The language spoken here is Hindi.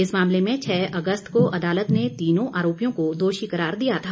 इस मामले में छः अगस्त को अदालत ने तीनों आरोपियों को दोषी करार दिया था